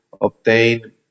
obtain